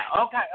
Okay